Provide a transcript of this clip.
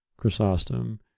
Chrysostom